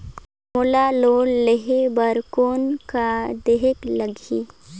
मोला लोन लेहे बर कौन का देहेक लगही?